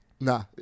Nah